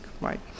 right